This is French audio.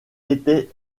était